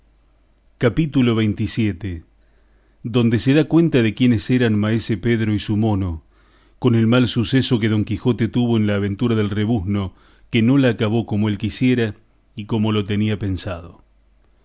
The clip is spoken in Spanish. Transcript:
capítulo xxvii donde se da cuenta quiénes eran maese pedro y su mono con el mal suceso que don quijote tuvo en la aventura del rebuzno que no la acabó como él quisiera y como lo tenía pensado